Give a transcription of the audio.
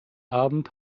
abend